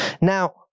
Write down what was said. Now